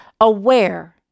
aware